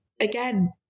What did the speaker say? again